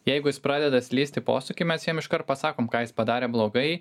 jeigu jis pradeda slysti posūky mes jam iškart pasakom ką jis padarė blogai